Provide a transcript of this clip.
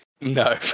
No